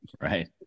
Right